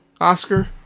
Oscar